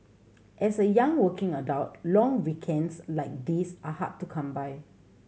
as a young working adult long weekends like these are hard to come by